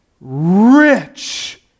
rich